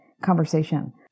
conversation